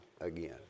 again